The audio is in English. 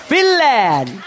Finland